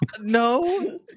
No